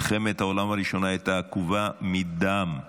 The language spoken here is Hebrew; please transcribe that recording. מלחמת העולם הראשונה הייתה עקובה מדם,